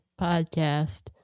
podcast